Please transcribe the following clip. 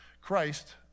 Christ